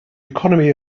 economy